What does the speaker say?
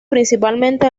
principalmente